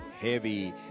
Heavy